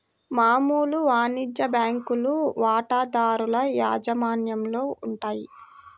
మామూలు వాణిజ్య బ్యాంకులు వాటాదారుల యాజమాన్యంలో ఉంటాయి